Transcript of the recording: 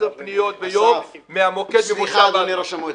10 פניות ביום מהמוקד למושב עלמה.